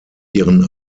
ihren